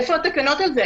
איפה התקנות על זה?